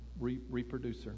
Reproducer